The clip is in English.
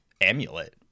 amulet